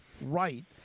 right